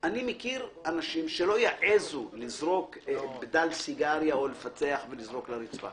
מכיר אנשים שלא יעזו לזרוק בדל סיגריה לרצפה,